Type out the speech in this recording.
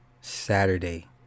Saturday